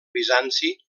bizanci